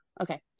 Okay